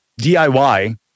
DIY